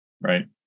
Right